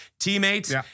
teammates